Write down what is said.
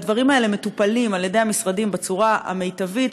והדברים האלה מטופלים על-ידי המשרדים בצורה המיטבית,